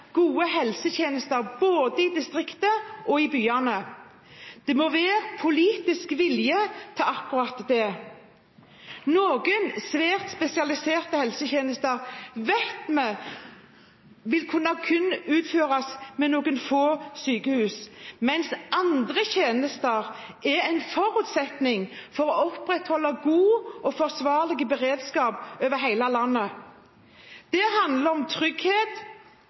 gode helsetjenester både i distriktene og i byene. Det må være politisk vilje til akkurat det. Noen svært spesialiserte helsetjenester vet vi kun vil kunne utføres ved noen få sykehus, mens andre tjenester er en forutsetning for å opprettholde god og forsvarlig beredskap over hele landet. Det handler om trygghet